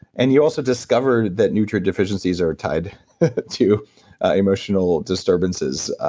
and you also discovered that nutrient deficiencies are tied to emotional disturbances,